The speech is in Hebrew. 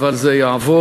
אבל זה יעבור,